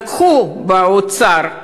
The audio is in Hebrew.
לקחו באוצר,